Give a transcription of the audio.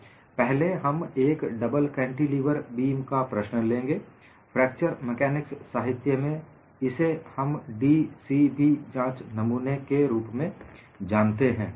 पहले हम एक डबल कैंटीलेवर बीम का प्रश्न लेंगे फ्रैक्चर मेकानिक्स साहित्य में इसे हम डी सी बी जांच नमूने के रूप में जानते हैं